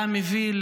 היה מביא,